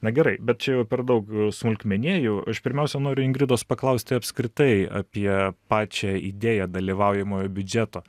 na gerai bet čia jau per daug smulkmenėjų aš pirmiausia noriu ingridos paklausti apskritai apie pačią idėją dalyvaujamojo biudžeto